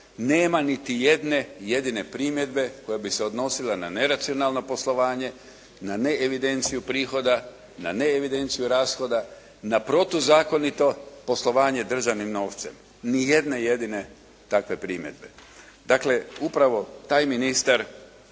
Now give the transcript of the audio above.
nema niti jedne jedine primjedbe koja bi se odnosila na neracionalno poslovanje, na neevidenciju prihoda, na neevidenciju rashoda, na protuzakonito poslovanje državnim novcem. Ni jedne jedine takve primjedbe. Dakle upravo taj ministar